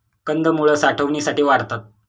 कंदमुळं साठवणीसाठी वाढतात